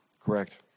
Correct